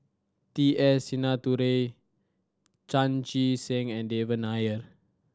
T S Sinnathuray Chan Chee Seng and Devan Nair